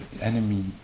enemy